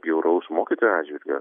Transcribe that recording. bjauraus mokytojo atžvilgiu